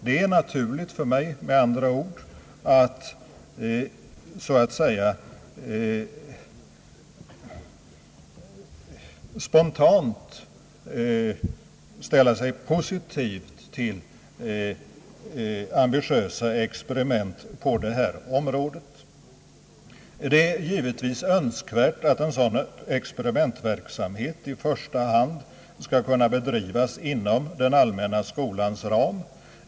Det är naturligt för mig, med andra ord, att så att säga spontant ställa mig positiv till ambitiösa experiment på detta område. Det är naturligtvis önskvärt att en sådan experimentverksamhet i första hand skall kunna bedrivas inom den allmänna skolans ram.